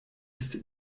ist